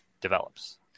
develops